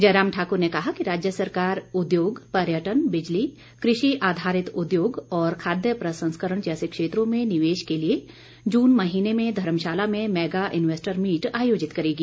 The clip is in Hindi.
जयराम ठाकुर ने कहा कि राज्य सरकार उद्योग पर्यटन बिजली कृषि आधारित उद्योग और खाद्य प्रसंस्करण जैसे क्षेत्रों में निवेश के लिए जून महीने में धर्मशाला में मैगा इन्वेस्टर मीट आयोजित करेगी